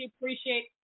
appreciate